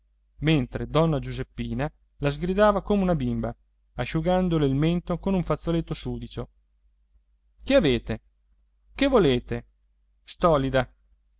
mentre donna giuseppina la sgridava come una bimba asciugandole il mento con un fazzoletto sudicio che avete che volete stolida